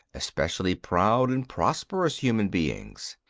especially proud and prosperous human beings.